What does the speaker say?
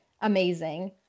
Amazing